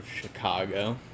chicago